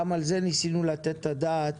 גם על זה ניסינו לתת את הדעת